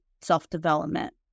self-development